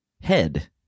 Head